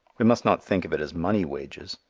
we must not think of it as money-wages,